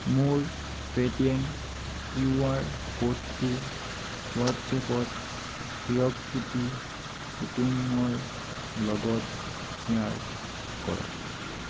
মোৰ Paytm QR ক'ডটো হোৱাট্ছএপত হিৰকজ্যোতি কুতুমৰ লগত শ্বেয়াৰ কৰক